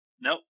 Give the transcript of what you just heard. Nope